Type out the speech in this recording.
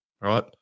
right